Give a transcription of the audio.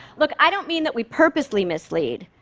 look, i don't mean that we purposely mislead.